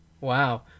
wow